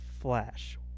Flash